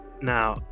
Now